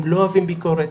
הם לא אוהבים ביקורת.